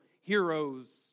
heroes